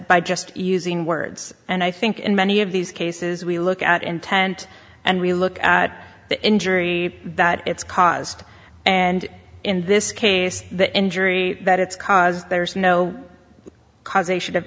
by just using words and i think in many of these cases we look at intent and we look at the injury that it's caused and in this case the injury that it's caused there's no causation of